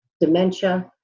dementia